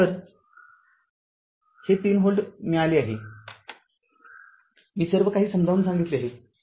तर Voc हे ३ volt मिळाले आहेमी सर्वकाही समजावून सांगितले आहे